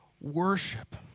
worship